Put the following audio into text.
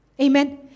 Amen